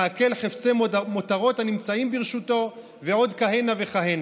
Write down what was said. לעקל חפצי מותרות הנמצאים ברשותו ועוד כהנה וכהנה.